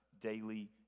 daily